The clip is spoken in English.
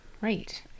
Right